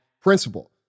principle